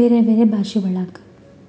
ಬೇರೆ ಭಾಷೆವಳಗ್